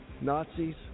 Nazis